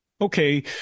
Okay